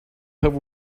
have